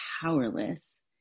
powerless